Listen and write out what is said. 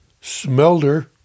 smelter